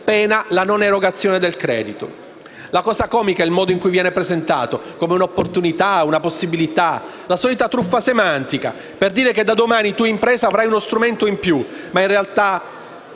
La cosa comica è il modo in cui viene presentato, come un'opportunità, una possibilità, la solita truffa semantica, per dire che da domani tu, impresa, avrai uno strumento in più, ma in realtà